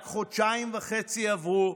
רק חודשיים וחצי עברו,